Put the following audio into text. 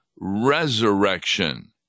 resurrection